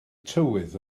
tywydd